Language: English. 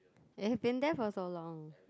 it has been there for so long